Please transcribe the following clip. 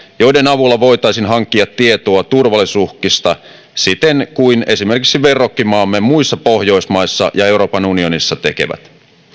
joiden avulla voitaisiin hankkia tietoa turvallisuusuhkista siten kuin esimerkiksi verrokkimaamme muissa pohjoismaissa ja euroopan unionissa tekevät